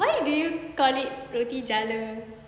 why do you call it roti jala